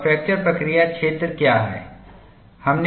और फ्रैक्चर प्रक्रिया क्षेत्र क्या है